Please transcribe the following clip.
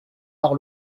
par